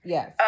Yes